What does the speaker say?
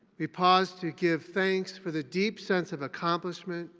we pause to give thanks for the deep sense of accomplishment,